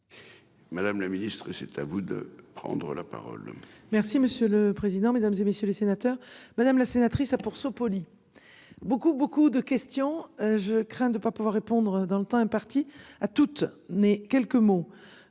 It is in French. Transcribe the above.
Madame la Ministre c'est à vous de prendre la parole. Merci monsieur le président, Mesdames, et messieurs les sénateurs. Madame la sénatrice a pour. Beaucoup beaucoup de questions. Je crains de pas pouvoir répondre dans le temps imparti à toute n'quelques mots